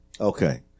Okay